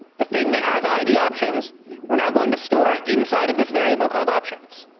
the thing that has id options we're now going to store inside of this variable called options.